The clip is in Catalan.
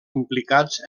implicats